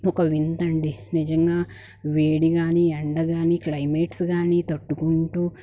ఒక వింత అండి నిజంగా వేడి కానీ ఎండ కానీ క్లైమేట్స్ కానీ తట్టుకుంటూ